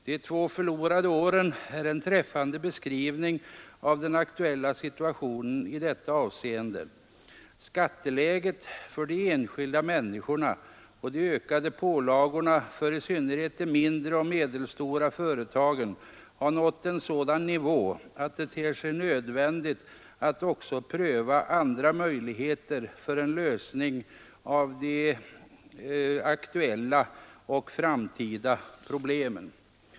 De två förlorade åren är en träffande beskrivning av den aktuella situationen i detta avseende. Skatteläget för de enskilda människorna och de ökade pålagorna för i synnerhet de mindre och medelstora företagen har nått en sådan nivå att det ter sig nödvändigt att också pröva andra möjligheter till en lösning av de aktuella och framtida problemen.